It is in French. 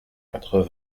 quatre